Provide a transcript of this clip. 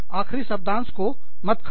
आख़िरी शब्दांश तो मत खाओ